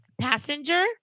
Passenger